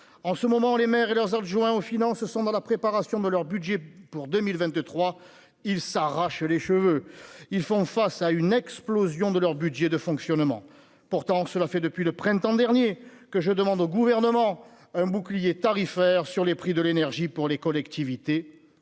en ce moment, les maires et leurs adjoints aux finances sont dans la préparation de leur budget pour 2023 il s'arrachent les cheveux, ils font face à une explosion de leur budget de fonctionnement, pourtant cela fait depuis le printemps dernier, que je demande au gouvernement un bouclier tarifaire sur les prix de l'énergie pour les collectivités,